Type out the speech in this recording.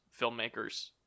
filmmakers